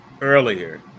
earlier